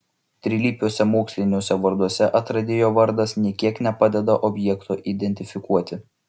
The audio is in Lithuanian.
trilypiuose moksliniuose varduose atradėjo vardas nė kiek nepadeda objekto identifikuoti